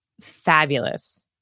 fabulous